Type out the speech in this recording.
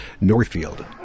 Northfield